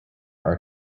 their